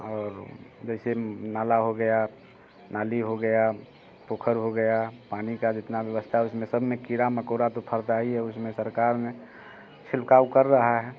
और जैसे नाला हो गया नाली हो गया पोखर हो गया पानी का जितना व्यवस्था उसमें सब में कीड़ा मकोड़ा तो फरता ही है उसमें सरकार ने छिड़काव कर रहा है